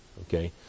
Okay